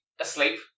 asleep